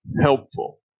helpful